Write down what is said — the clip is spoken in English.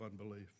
unbelief